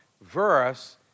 verse